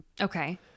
Okay